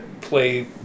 play